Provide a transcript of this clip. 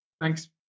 thanks